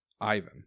Ivan